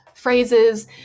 Phrases